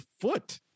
foot